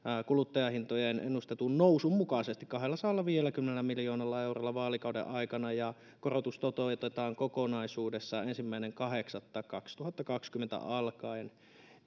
kuluttajahintojen ennustetun nousun mukaisesti kahdellasadallaviidelläkymmenellä miljoonalla eurolla vaalikauden aikana ja korotus toteutetaan kokonaisuudessaan ensimmäinen kahdeksatta kaksituhattakaksikymmentä alkaen